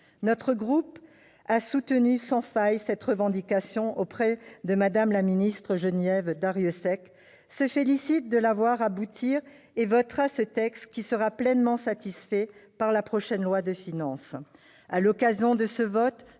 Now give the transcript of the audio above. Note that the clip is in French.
Notre groupe, qui a soutenu sans faille cette revendication auprès de Mme la secrétaire d'État Geneviève Darrieussecq, se félicite de la voir aboutir et votera ce texte, qui sera pleinement satisfait par la prochaine loi de finances. À l'occasion de ce vote,